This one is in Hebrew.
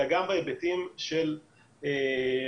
אלא גם בהיבטים של בריאותם